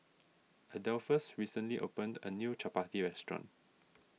Adolphus recently opened a new Chapati restaurant